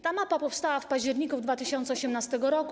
Ta mapa powstała w październiku 2018 r.